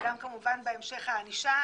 וגם כמובן בהמשך הענישה,